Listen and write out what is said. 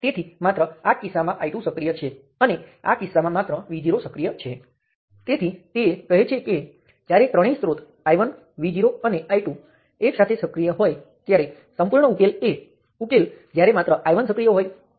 ખૂબ જ થોડાં વિસ્તરણને મેં આ ઉલ્લેખ કરેલ છે મારે એક સમયે એક સ્વતંત્ર સ્ત્રોત લેવાની જરૂર નથી હું ઘણાં બધાં સ્ત્રોત લઈ શકું છું